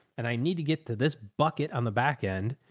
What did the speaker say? and i need to get to this bucket on the backend,